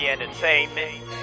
Entertainment